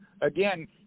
Again